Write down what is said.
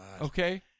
Okay